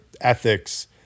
ethics